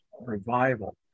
revival